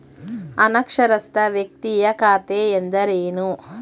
ಅನಕ್ಷರಸ್ಥ ವ್ಯಕ್ತಿಯ ಖಾತೆ ಎಂದರೇನು?